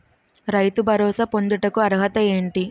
రైతు భరోసా పొందుటకు అర్హత ఏంటి?